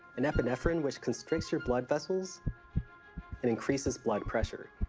and epinephrine, which constricts your blood vessels and increases blood pressure.